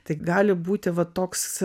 tai gali būti va toks